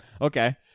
Okay